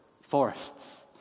forests